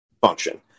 function